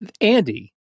Andy